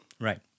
Right